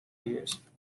years